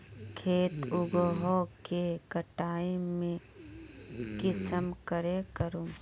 खेत उगोहो के कटाई में कुंसम करे करूम?